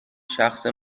شخص